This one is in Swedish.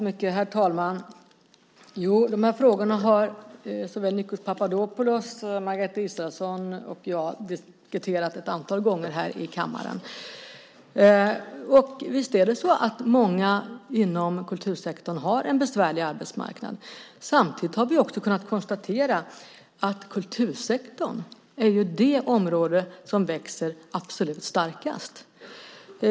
Herr talman! De här frågorna har Nikos Papadopoulos, Margareta Israelsson och jag diskuterat ett antal gånger här i kammaren. Många inom kultursektorn har en besvärlig arbetsmarknad. Samtidigt har vi också kunnat konstatera att kultursektorn är det område som växer absolut starkast.